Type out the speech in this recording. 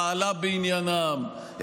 פעלה בעניינם,